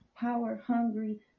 power-hungry